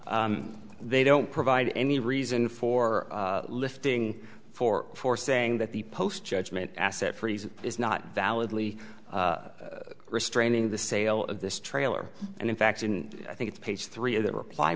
they don't provide any reason for lifting for for saying that the post judgment asset freeze is not valid lee restraining the sale of this trailer and in fact i think it's page three of the reply